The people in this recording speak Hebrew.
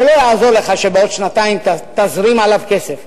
זה לא יעזור לך שבעוד שנתיים תזרים עליו כסף.